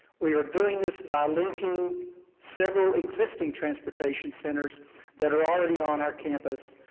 we are doing this by linking several existing transportation centers that are already on our campus,